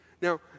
Now